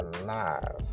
alive